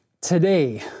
today